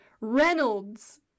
Reynolds